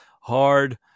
hard